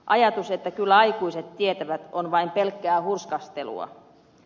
ajatus että kyllä aikuiset tietävät on vain pelkää hurskastelua